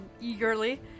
eagerly